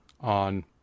on